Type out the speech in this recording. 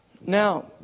Now